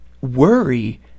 Worry